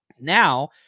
Now